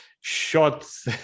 shots